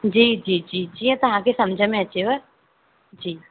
जी जी जी जीअं तव्हांखे समुझ में अचेव जी